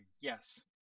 Yes